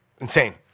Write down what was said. insane